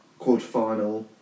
quarterfinal